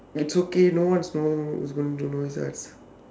it's okay no one know no one is going to know that